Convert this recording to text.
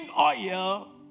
oil